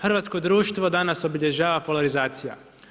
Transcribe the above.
Hrvatsko društvo danas obilježava polarizacija.